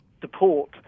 support